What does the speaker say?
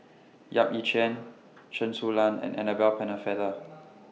Yap Ee Chian Chen Su Lan and Annabel Pennefather